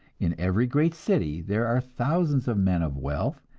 in every great city there are thousands of men of wealth,